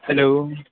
hello